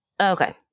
okay